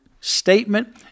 statement